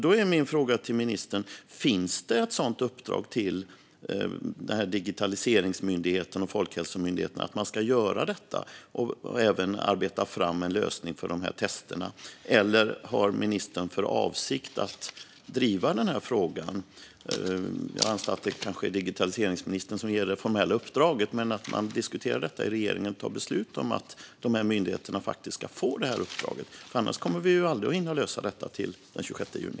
Då är min fråga till ministern: Finns det ett uppdrag till Digitaliseringsmyndigheten och Folkhälsomyndigheten att göra detta och även arbeta fram en lösning för detta med testerna, eller har ministern för avsikt att driva den här frågan? Även om det kanske är digitaliseringsministern som ger det formella uppdraget måste man ju diskutera i regeringen om att myndigheterna ska få det här uppdraget, för annars kommer vi aldrig att hinna lösa detta till den 26 juni.